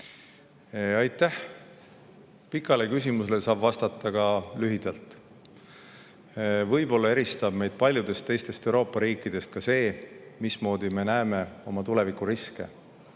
Aitäh! Pikale küsimusele saab vastata ka lühidalt. Võib-olla eristab meid paljudest teistest Euroopa riikidest ka see, mismoodi me näeme oma tulevikuriske,